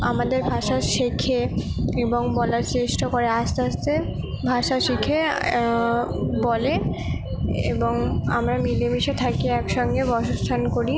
আমাদের ভাষা শেখে এবং বলার চেষ্টা করে আস্তে আস্তে ভাষা শিখে বলে এবং আমরা মিলে মিশে থাকি এক সঙ্গে বাসস্থান করি